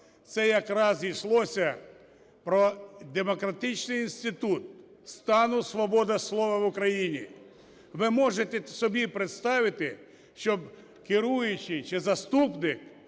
це якраз і йшлося демократичний інститут, стану свободи слова в Україні. Ви можете собі представити, щоб керуючий чи заступник